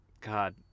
God